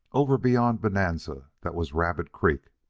over beyond bonanza that was rabbit creek,